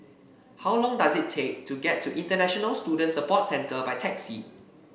how long does it take to get to International Student Support Centre by taxi